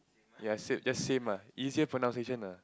ya same just same ah easier pronunciation ah